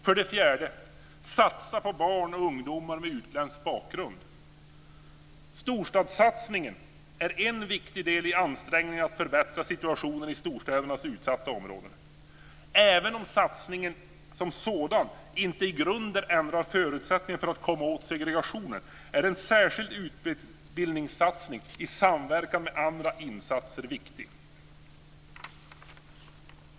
För det fjärde: Satsa på barn och ungdomar med utländsk bakgrund! Stortadssatsningen är en viktig del i ansträngningarna att förbättra situationen i storstädernas utsatta områden. Även om satsningen som sådan inte i grunden ändrar förutsättningarna för att komma åt segregationen är en särskild utbildningssatsning i samverkan med andra insatser viktig.